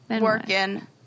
working